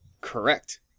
Correct